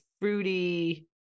fruity